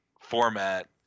format